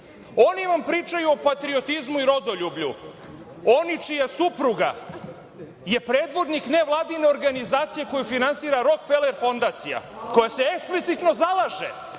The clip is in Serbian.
vam pričaju o patriotizmu i rodoljublju, oni čija supruga je predvodnik nevladine organizacije koju finansira Rokfeler fondacija, koja se eksplicitno zalaže